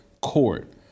Court